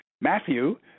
Matthew